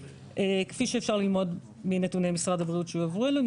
כפי שאפשר ללמוד מנתוני משרד הבריאות שהועברו אלינו,